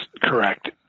correct